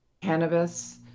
cannabis